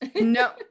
No